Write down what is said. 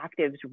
actives